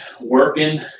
working